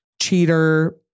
cheater